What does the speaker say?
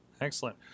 Excellent